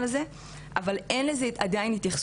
כי המטרה שלנו היא להיות כאן לפני שזה קורה,